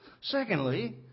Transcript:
Secondly